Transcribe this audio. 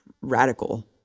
radical